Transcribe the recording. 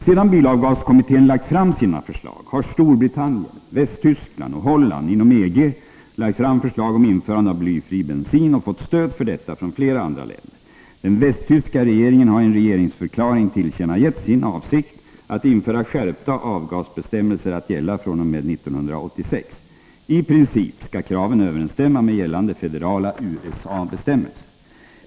Sedan bilavgaskommittén lagt fram sina förslag har Storbritannien, Västtyskland och Holland inom EG lagt fram förslag om införande av blyfri bensin och fått stöd för detta från flera andra länder. Den västtyska regeringen har i en regeringsförklaring tillkännagett sin avsikt att införa la fr.o.m. 1986. I princip skall kraven skärpta avgasbestämmelser att gi överensstämma med gällande federala USA-bestämmelser.